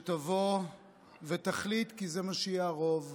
שתבוא ותחליט, כי זה מה שיהיה הרוב,